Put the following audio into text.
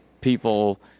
people